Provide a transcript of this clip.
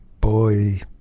boy